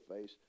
face